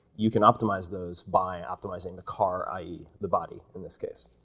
you can optimize those by optimizing the car, i e, the body in this case,